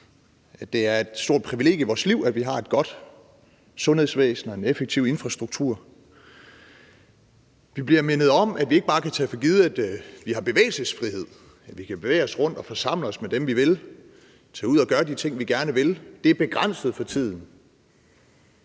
det er et stort privilegie i vores liv, at vi har et godt sundhedsvæsen og en effektiv infrastruktur. Vi bliver mindet om, at vi ikke bare kan tage for givet, at vi har bevægelsesfrihed – at vi kan bevæge os rundtomkring og forsamle os med dem, vi vil; tage ud og gøre de ting, vi gerne vil. Det er begrænset for tiden.